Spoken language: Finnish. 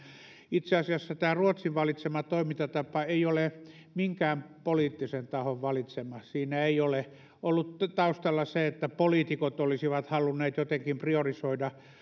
itse asiassa tämä ruotsin valitsema toimintatapa ei ole minkään poliittisen tahon valitsema siinä ei ole ollut taustalla se että poliitikot olisivat halunneet jotenkin priorisoida